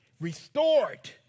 restored